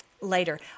Later